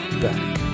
back